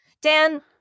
Dan